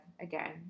again